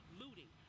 looting